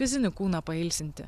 fizinį kūną pailsinti